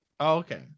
Okay